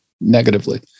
negatively